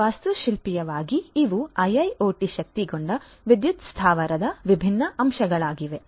ಆದ್ದರಿಂದ ವಾಸ್ತುಶಿಲ್ಪೀಯವಾಗಿ ಇವು IIoT ಶಕ್ತಗೊಂಡ ವಿದ್ಯುತ್ ಸ್ಥಾವರದ ವಿಭಿನ್ನ ಅಂಶಗಳಾಗಿವೆ